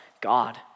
God